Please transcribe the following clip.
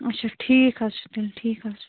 اَچھا ٹھیٖک حظ چھُ تیٚلہِ ٹھیٖک حظ چھُ